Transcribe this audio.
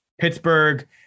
Pittsburgh